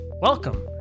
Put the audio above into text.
Welcome